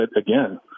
again